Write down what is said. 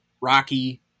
Rocky